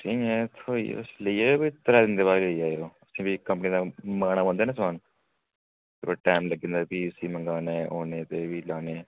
ठीक ऐ थ्होई जाह्ग लेई जायो कोई त्रैऽ दिन बाद लेई जायो प्ही कम से कम मंगाना पौंदा निं समान ते टैम लग्गी जंदा भी इसी मंगाने ई ते औने गी प्ही जाने ई